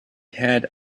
had